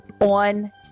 on